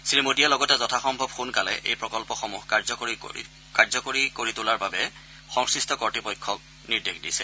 শ্ৰীমোদীয়ে লগতে যথাসম্ভৱ সোণকালে এই প্ৰকল্পসমূহ কাৰ্যকৰী তোলাৰ বাবে সংশ্লিষ্ট কৰ্তৃপক্ষক নিৰ্দেশ দিছে